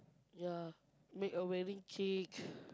ya make a wedding cake